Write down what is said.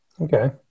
Okay